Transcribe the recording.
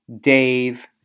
Dave